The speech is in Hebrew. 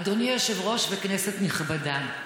אדוני היושב-ראש, כנסת נכבדה,